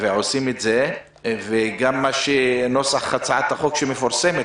וגם נוסח הצעת החוק שמפורסמת.